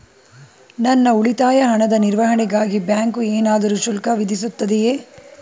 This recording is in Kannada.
ನನ್ನ ಉಳಿತಾಯ ಹಣದ ನಿರ್ವಹಣೆಗಾಗಿ ಬ್ಯಾಂಕು ಏನಾದರೂ ಶುಲ್ಕ ವಿಧಿಸುತ್ತದೆಯೇ?